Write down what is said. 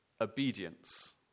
obedience